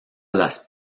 las